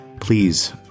Please